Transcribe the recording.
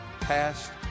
past